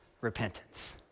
repentance